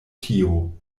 tio